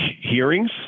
hearings